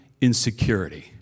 insecurity